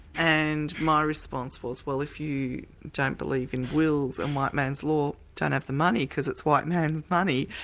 and my response was, well if you don't believe in wills and white man's law, don't have the money, because it's white man's money.